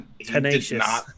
tenacious